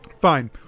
Fine